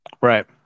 right